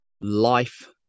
life